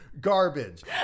garbage